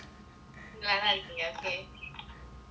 single leh தான் இருக்கீங்க:thaan irukeenga okay